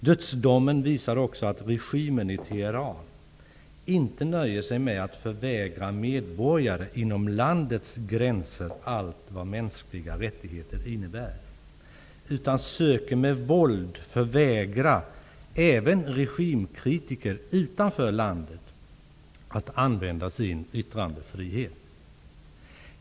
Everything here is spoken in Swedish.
Dödsdomen visar också att regimen i Teheran inte nöjer sig med att förvägra medborgare inom landets gränser allt vad mänskliga rättigheter innebär, utan söker med våld förvägra även regimkritiker utanför landet att använda sin yttrandefrihet.